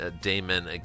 Damon